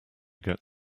get